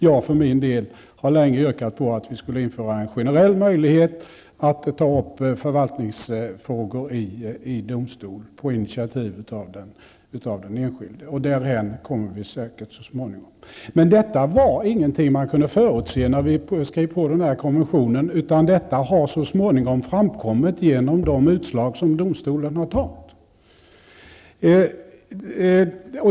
Jag har för min del länge yrkat på att vi skulle införa en generell möjlighet att ta upp förvaltningsfrågor i domstol på initiativ av den enskilde -- och därhän kommer vi säkert så småningom. Men detta var ingenting som man kunde förutse när vi skrev på den här konventionen, utan detta har så småningom framkommit genom de utslag som domstolen har fällt.